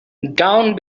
down